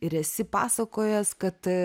ir esi pasakojęs kad